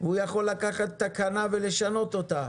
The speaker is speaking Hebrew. הוא יכול לקחת תקנה ולשנות אותה